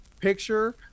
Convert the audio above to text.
picture